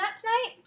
tonight